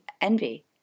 envy